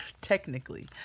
Technically